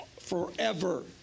forever